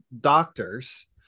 doctors